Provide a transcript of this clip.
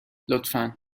لطفا